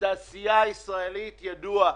התעשייה הישראלית ידוע.